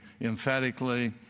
emphatically